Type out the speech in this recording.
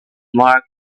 mark